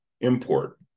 import